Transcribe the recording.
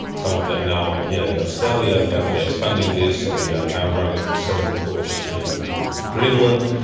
some of them now here in australia, but we are expanding this so we are now running sediment course in greenland,